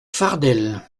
fardel